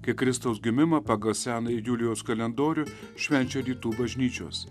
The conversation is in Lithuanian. kai kristaus gimimą pagal senąjį julijaus kalendorių švenčia rytų bažnyčios